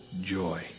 joy